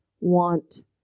want